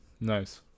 Nice